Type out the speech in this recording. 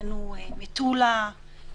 פנו ממטולה.